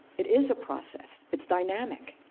it is a process, it's dynamic.